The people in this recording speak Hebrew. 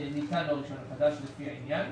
ניתן לו הרישיון החדש, לפי העניין,